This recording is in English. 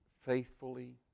faithfully